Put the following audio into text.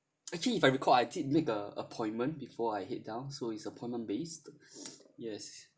actually if I recall I did make a appointment before I head down so is appointment based yes